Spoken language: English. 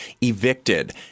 Evicted